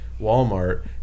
Walmart